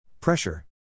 Pressure